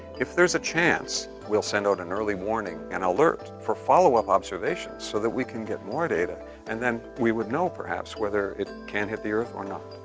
if there's a chance, we'll send out an early warning, an alert, for followup observations so that we can get more data and then we would know perhaps whether it can hit the earth or not.